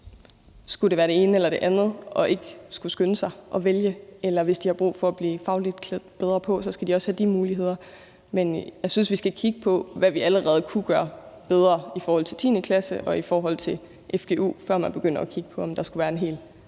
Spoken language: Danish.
skal være det ene eller det andet, og skal ikke skynde sig at vælge. Og hvis de har brug for fagligt at blive klædt bedre på, skal de også have de muligheder. Men jeg synes, vi skal kigge på, hvad vi allerede kunne gøre bedre i forhold til 10. klasse og i forhold til fgu, før man begynder at kigge på, om der skulle være en helt